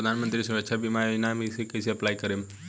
प्रधानमंत्री सुरक्षा बीमा योजना मे कैसे अप्लाई करेम?